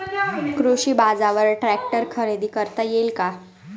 कृषी बाजारवर ट्रॅक्टर खरेदी करता येईल का?